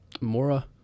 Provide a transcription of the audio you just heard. Mora